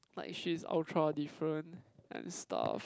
like she's ultra different and stuff